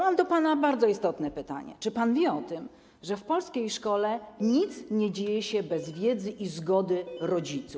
Mam do pana bardzo istotne pytanie: Czy pan wie o tym, że w polskiej szkole nic nie dzieje się bez wiedzy i zgody rodziców?